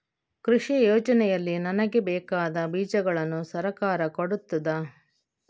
ಕೃಷಿ ಯೋಜನೆಯಲ್ಲಿ ನನಗೆ ಬೇಕಾದ ಬೀಜಗಳನ್ನು ಸರಕಾರ ಕೊಡುತ್ತದಾ?